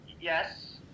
Yes